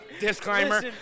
Disclaimer